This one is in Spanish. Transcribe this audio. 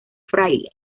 fraile